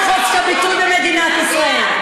אתה יודע שאין כמו חופש הביטוי במדינת ישראל.